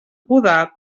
podar